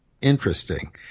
interesting